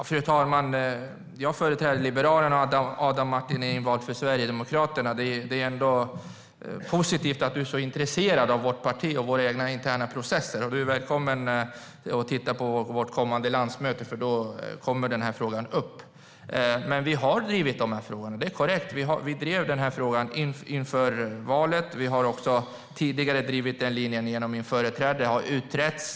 Fru talman! Jag företräder Liberalerna, och du, Adam Marttinen, är invald för Sverigedemokraterna. Det är positivt att du är så intresserad av vårt parti och våra interna processer. Du är välkommen att titta på vårt kommande landsmöte, för då kommer denna fråga upp. Men det är korrekt att vi har drivit frågan. Vi drev den inför valet. Vi har också tidigare drivit denna linje genom min företrädare, och den har utretts.